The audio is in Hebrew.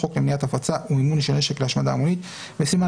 חוק למניעת הפצה ומימון של נשק להשמדה המונית וסימן